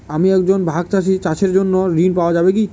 আমি একজন ভাগ চাষি চাষের জন্য ঋণ পাওয়া যাবে কি?